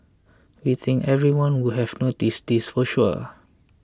we think everyone would have noticed this for sure